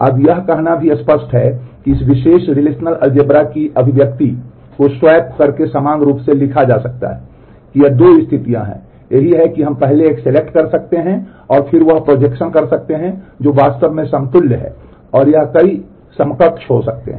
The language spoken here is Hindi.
अब यह कहना भी स्पष्ट है कि इस विशेष रिलेशनल कर सकते हैं जो वे वास्तव में समतुल्य हैं और यह कई समकक्ष हो सकते हैं